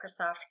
Microsoft